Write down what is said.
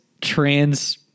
trans